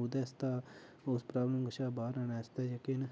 ओह्दे आस्तै उस प्रोब्लम कशा बाह्र आने आस्तै जेह्के न